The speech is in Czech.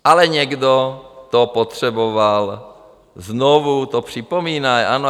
Ale někdo to potřeboval, znovu to připomínají, ano.